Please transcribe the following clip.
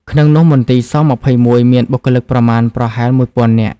ក្នុងនោះ មន្ទីរស-២១ មានបុគ្គលិកប្រមាណប្រហែល មួយពាន់នាក់។